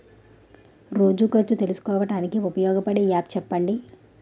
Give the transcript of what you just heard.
రోజు ఖర్చు తెలుసుకోవడానికి ఉపయోగపడే యాప్ చెప్పండీ?